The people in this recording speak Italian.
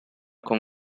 con